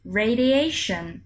radiation